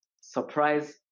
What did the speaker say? surprise